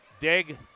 Dig